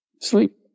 sleep